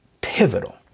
pivotal